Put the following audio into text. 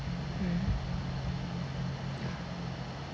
mm